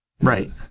right